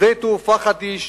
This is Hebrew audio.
שדה תעופה חדיש,